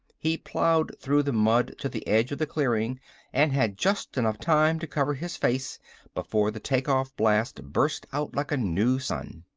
he plowed through the mud to the edge of the clearing and had just enough time to cover his face before the take-off blast burst out like a new sun.